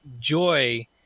joy